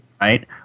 Right